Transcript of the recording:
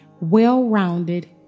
well-rounded